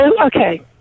Okay